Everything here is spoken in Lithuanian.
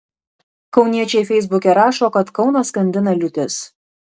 kauniečiai feisbuke rašo kad kauną skandina liūtis